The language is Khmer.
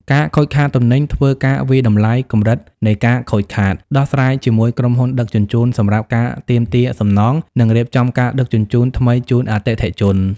ការខូចខាតទំនិញ ធ្វើការវាយតម្លៃកម្រិតនៃការខូចខាត ដោះស្រាយជាមួយក្រុមហ៊ុនដឹកជញ្ជូនសម្រាប់ការទាមទារសំណង និងរៀបចំការដឹកជញ្ជូនថ្មីជូនអតិថិជន។